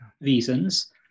reasons